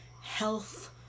health